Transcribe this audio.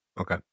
Okay